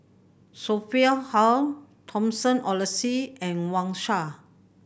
Sophia How Thomas Oxley and Wang Sha